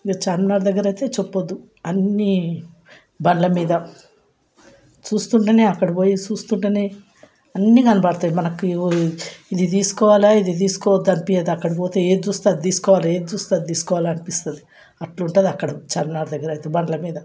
ఇక చార్మినార్ దగ్గర అయితే చెప్పద్దు అన్ని బండ్ల మీద చూస్తుంటేనే అక్కడ పోయి చూస్తుంటేనే అన్ని కనబడతాయి మనకి ఇది తీసుకోవాలా తీసుకోవద్దనిపియ్యదు అక్కడికి పోతే ఏది చూస్తే అది తీసుకోవాలి ఏది చూస్తే అది తీసుకోవాలనిపిస్తుంది అట్లుంటుంది అక్కడ చార్మినార్ దగ్గర అయితే బండ్లమీద